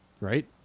Right